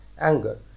anger